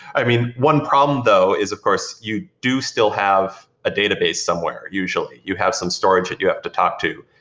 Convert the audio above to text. i mean, one problem though is, of course, you do still have a database somewhere usually. you have some storage that you have to talk to,